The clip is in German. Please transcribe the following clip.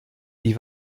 die